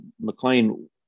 McLean